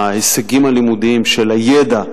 ההישגים הלימודיים, של הידע,